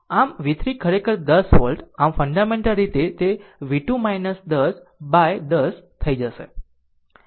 આમ v 3 ખરેખર 10 volt આમ ફન્ડામેન્ટલ રીતે તે v2 10 by 10 થઈ જશે